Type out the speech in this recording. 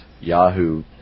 Yahoo